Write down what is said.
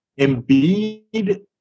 Embiid